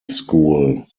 school